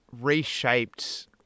reshaped